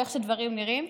באיך שדברים נראים.